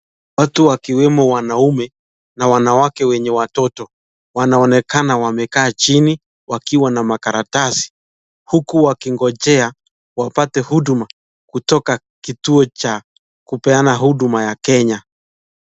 Watu wakiwemo wanaume na wanawake wenye watoto, wanaonekana wamekaa chini wakiwa na makaratasi huku wakingojea wapate huduma kutoka kituo cha kupeana huduma ya Kenya.